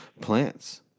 plants